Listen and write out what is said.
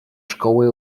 szkoły